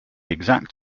exact